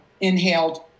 inhaled